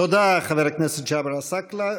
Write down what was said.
תודה, חבר הכנסת ג'אבר עסאקלה.